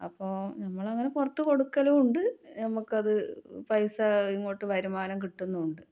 അപ്പോൾ ഞമ്മളങ്ങനെ പുറത്ത് കൊടുക്കലുണ്ട് ഞമ്മക്കത് പൈസ ഇങ്ങോട്ട് വരുമാനം കിട്ടുന്നുണ്ട്